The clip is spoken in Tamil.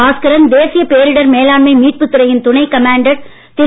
பாஸ்கரன் தேசிய பேரிடர் மேலாண்மை மீட்பு துறையின் துணை கமாண்டன்ட் திரு